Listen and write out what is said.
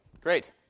great